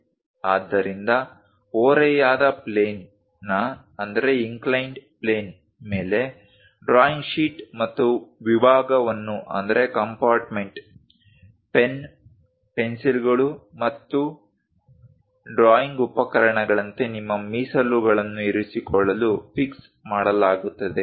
ಆದ್ದರಿಂದ ಓರೆಯಾದ ಪ್ಲೇನ್ನ ಮೇಲೆ ಡ್ರಾಯಿಂಗ್ ಶೀಟ್ ಮತ್ತು ವಿಭಾಗವನ್ನು ಪೆನ್ ಪೆನ್ಸಿಲ್ಗಳು ಮತ್ತು ಡ್ರಾಯಿಂಗ್ ಉಪಕರಣಗಳಂತೆ ನಿಮ್ಮ ಮೀಸಲುಗಳನ್ನು ಇರಿಸಿಕೊಳ್ಳಲು ಫಿಕ್ಸ್ ಮಾಡಲಾಗುತ್ತದೆ